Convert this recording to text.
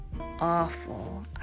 awful